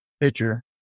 picture